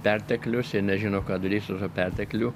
perteklius jie nežino ką darys su tuo pertekliu